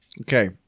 Okay